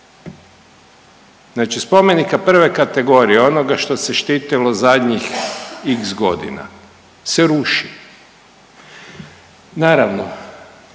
Znači spomenika prve kategorije onoga što se štitilo zadnjih x godina se ruši. Naravno,